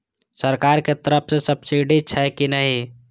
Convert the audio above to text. सरकार के तरफ से सब्सीडी छै कि नहिं?